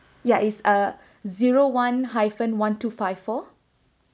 yeah is uh zero one hyphen one two five four